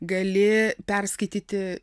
gali perskaityti